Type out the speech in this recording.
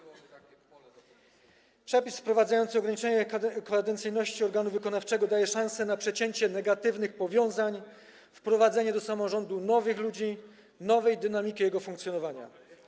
Przepis wprowadzający ograniczenie kadencyjności organu wykonawczego daje szansę na przecięcie negatywnych powiązań i wprowadzenie do samorządu nowych ludzi, nowej dynamiki jego funkcjonowania.